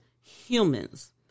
humans